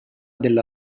della